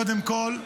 קודם כול,